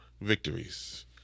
victories